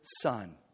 son